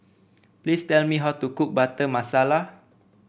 please tell me how to cook Butter Masala